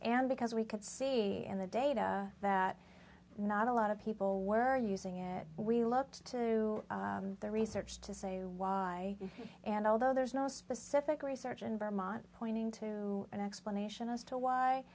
and because we could see and the data that not a lot of people were using it we looked to the research to say why and although there's no specific research in vermont pointing to an explanation as to why